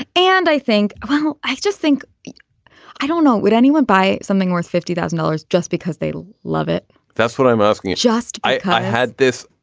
and i think oh i just think i don't know. would anyone buy something worth fifty thousand dollars just because they love it that's what i'm asking. it's just i this.